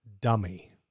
dummy